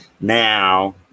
Now